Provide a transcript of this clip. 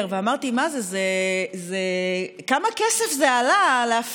זה 138,000 איש שאו שלא הייתה להם